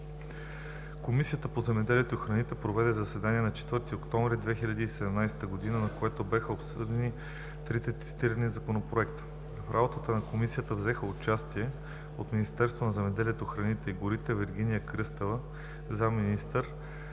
Комисията по земеделието и храните проведе заседание на 4 октомври 2017 г., на което бяха обсъдени трите цитирани законопроекта. В работата на комисията взеха участие от Министерството на земеделието, храните и горите Вергиния Кръстева – заместник-министър,